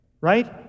right